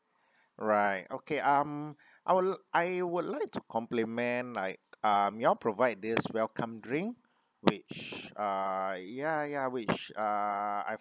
right okay um I will I would like to compliment like um you all provide this welcome drink which uh ya ya which I've